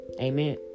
Amen